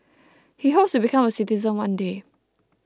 he hopes to become a citizen one day